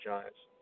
Giants